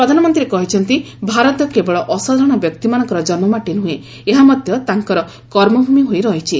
ପ୍ରଧାନମନ୍ତ୍ରୀ କହିଛନ୍ତି ଭାରତ କେବଳ ଅସାଧାରଣ ବ୍ୟକ୍ତିମାନଙ୍କର ଜନ୍ମମାଟି ନୁହେଁ ଏହା ମଧ୍ୟ ତାଙ୍କର କର୍ମଭୂମି ହୋଇ ରହିଛି